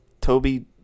Toby